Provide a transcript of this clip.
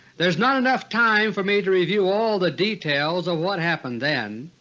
there's not enough time for me to review all the details of what happened then.